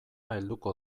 helduko